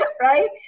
Right